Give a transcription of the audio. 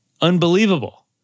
unbelievable